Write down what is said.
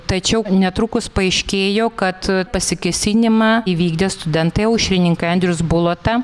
tačiau netrukus paaiškėjo kad pasikėsinimą įvykdė studentai aušrininkai andrius bulota